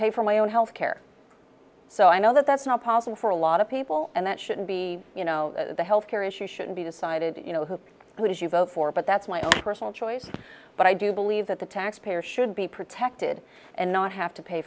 pay for my own health care so i know that that's not possible for a lot of people and that shouldn't be you know the health care issue should be decided you know who would you vote for but that's my own personal choice but i do believe that the taxpayer should be protected and not have to pay